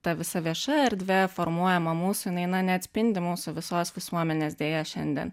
ta visa vieša erdvė formuojama mūsų jinai na neatspindi mūsų visos visuomenės deja šiandien